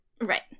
Right